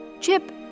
Chip